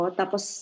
tapos